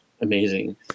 amazing